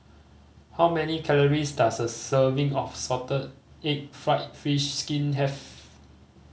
how many calories does a serving of salted egg fried fish skin have